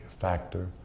factor